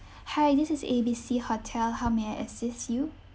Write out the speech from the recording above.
hi this is A B C hotel how may I assist you